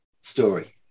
story